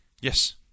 Yes